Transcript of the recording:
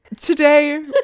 today